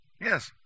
Yes